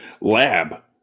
lab